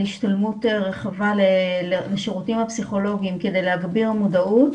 השתלמות רחבה לשירותים הפסיכולוגיים כדי להגביר מודעות